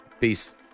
peace